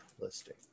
listing